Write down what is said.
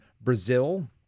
Brazil